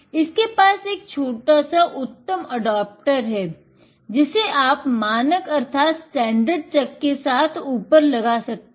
इसके पास एक छोटा सा उत्तम एडाप्टर के साथ ऊपर लगा सकते हैं